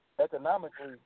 economically